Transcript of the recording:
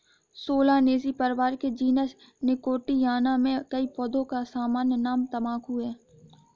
Solanaceae परिवार के genus Nicotiana में कई पौधों का सामान्य नाम तंबाकू है